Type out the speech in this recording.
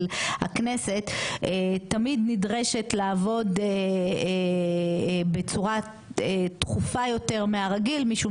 הכנסת תמיד נדרשת לעבוד בצורה תכופה יותר מהרגיל משום